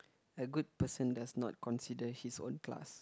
a good person does not consider his own class